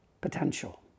potential